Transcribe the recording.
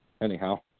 anyhow